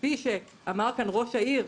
כפי שאמר כאן ראש העיר,